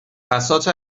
بساط